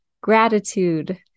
Gratitude